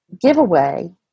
giveaway